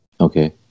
Okay